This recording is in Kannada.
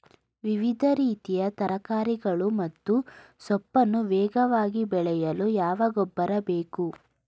ವಿವಿಧ ರೀತಿಯ ತರಕಾರಿಗಳು ಮತ್ತು ಸೊಪ್ಪನ್ನು ವೇಗವಾಗಿ ಬೆಳೆಯಲು ಯಾವ ಗೊಬ್ಬರ ಬೇಕು?